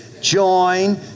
Join